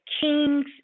King's